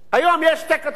היום יש שתי כתבות,